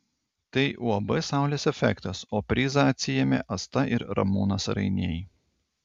tai uab saulės efektas o prizą atsiėmė asta ir ramūnas rainiai